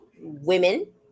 women